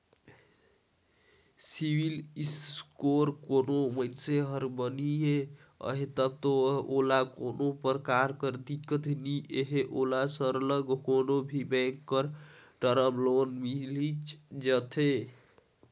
CIBIL score कोनो मइनसे कर बनिस अहे तब दो ओला कोनो परकार कर दिक्कत नी हे ओला सरलग कोनो भी बेंक कर टर्म लोन मिलिच जाथे